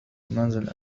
المنزل